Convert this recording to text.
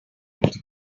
write